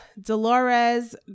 Dolores